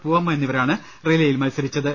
പൂവമ്മ എന്നിവരാണ് റിലേയിൽ മത്സരിച്ചത്